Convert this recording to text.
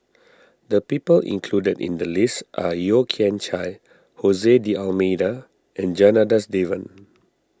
the people included in the list are Yeo Kian Chye Jose D'Almeida and Janadas Devan